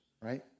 right